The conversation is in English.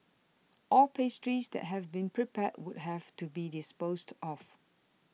all pastries that have been prepared would have to be disposed of